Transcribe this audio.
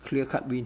clear cut win